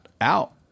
out